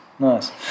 Nice